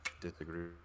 disagree